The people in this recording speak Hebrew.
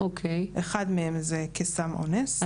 אחד מהם זה כסם אונס.